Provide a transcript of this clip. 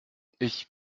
ich